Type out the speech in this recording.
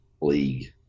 league